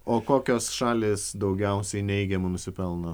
o kokios šalys daugiausiai neigiamų nusipelno